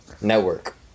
network